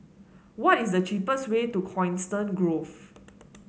what is the cheapest way to Coniston Grove